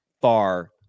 far